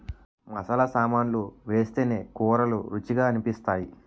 మసాలా సామాన్లు వేస్తేనే కూరలు రుచిగా అనిపిస్తాయి